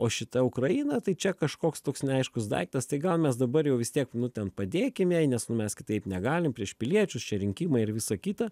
o šita ukraina tai čia kažkoks toks neaiškus daiktas tai gal mes dabar jau vis tiek nu ten padėkim jai nes nu mes kitaip negalim prieš piliečius čia rinkimai ir visa kita